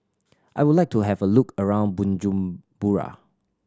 I would like to have a look around Bujumbura